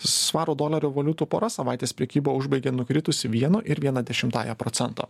svaro dolerio valiutų pora savaitės prekybą užbaigė nukritusi vienu ir viena dešimtąja procento